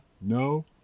no